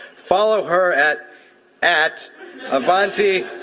follow her at at avantigral to